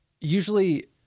usually